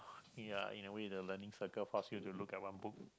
ya in a way the learning circle force you to look at one book